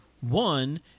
One